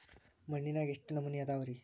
ಮಣ್ಣಿನಾಗ ಎಷ್ಟು ನಮೂನೆ ಅದಾವ ರಿ?